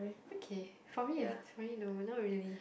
okay for me it's for me no not really